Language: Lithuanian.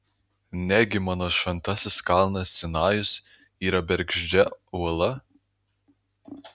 negi mano šventasis kalnas sinajus yra bergždžia uola